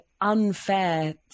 unfair